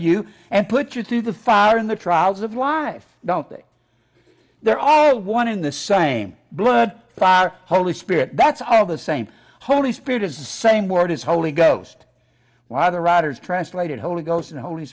you and put you through the fire in the trials of live don't they they're all one in the same blood five holy spirit that's all the same holy spirit is the same word is holy ghost why the rotters translated holy ghost in the holy